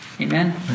Amen